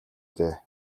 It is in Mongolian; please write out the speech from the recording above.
дээ